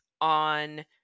on